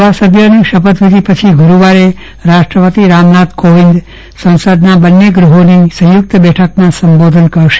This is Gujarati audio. નવા સભ્યોની શપથવિધી પણ ગુરૂવારે રાષ્ટ્રપતિ રામનાથ કોવિંદ સંસદના બંન્ને ગૃહોની સંયુક્ત બેઠકમાં સંબોધન કરશે